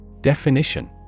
Definition